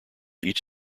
each